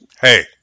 Hey